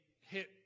hit